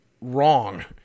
wrong